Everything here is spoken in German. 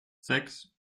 sechs